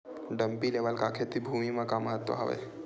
Dumpy level का खेती भुमि म का महत्व हावे?